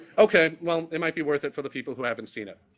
okay. well, it might be worth it for the people who haven't seen it.